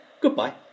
Goodbye